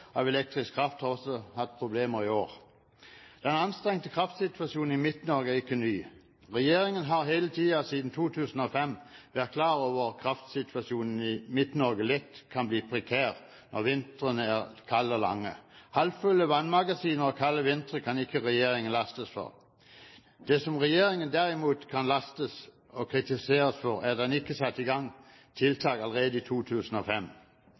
av elektrisk kraft, har også hatt problemer i år. Den anstrengte kraftsituasjonen i Midt-Norge er ikke ny. Regjeringen har hele tiden siden 2005 vært klar over at kraftsituasjonen i Midt-Norge lett kan bli prekær når vintrene er kalde og lange. Halvfulle vannmagasiner og kalde vintre kan ikke regjeringen lastes for. Det regjeringen derimot kan lastes og kritiseres for, er at den ikke satte i gang med tiltak allerede i 2005.